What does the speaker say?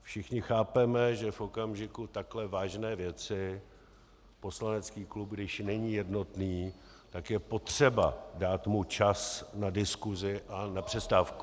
Všichni chápeme, že v okamžiku takhle vážné věci poslanecký klub, když není jednotný, tak je potřeba dát mu čas na diskusi a na přestávku.